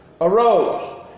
arose